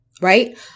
right